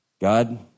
God